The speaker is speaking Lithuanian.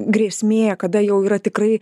grėsmė kada jau yra tikrai